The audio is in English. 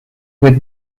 with